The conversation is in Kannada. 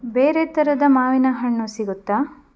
ಬೇರೆ ತರದ ಮಾವಿನಹಣ್ಣು ಸಿಗುತ್ತೇ